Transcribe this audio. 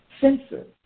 sensor